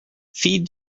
feed